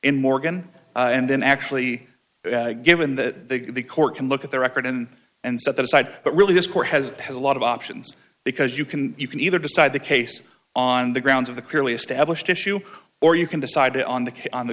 in morgan and then actually given that the court can look at the record and and set that aside but really this court has had a lot of options because you can you can either decide the case on the grounds of the clearly established issue or you can decide on the case on the